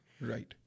Right